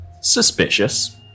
Suspicious